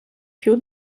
più